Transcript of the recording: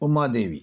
Umadevi